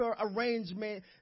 arrangement